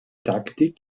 taktik